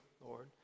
Lord